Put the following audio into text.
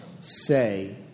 say